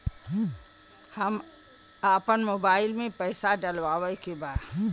हम आपन मोबाइल में पैसा डलवावे के बा?